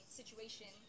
situation